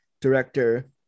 director